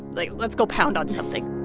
like, let's go pound on something